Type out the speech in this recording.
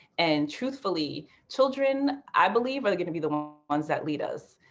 and truthfully, children i believe are going to be the ones that lead us.